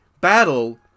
battle